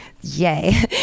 yay